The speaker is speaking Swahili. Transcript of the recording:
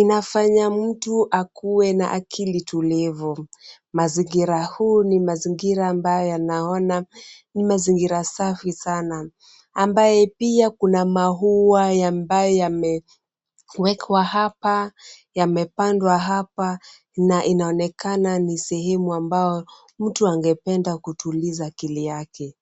inamfanya mtu akuwe na akili tulivu. Mazingira huu ni mazingira ambayo yanaona ni mazingira safi sana. Ambaye pia kuna maua ambaye yamewekwa hapa, yamepandwa hapa, na inaonekana ni sehemu ambao mtu angependa kutuliza akili yake.